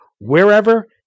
wherever